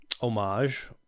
homage